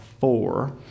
four